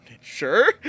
Sure